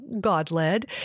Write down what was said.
God-led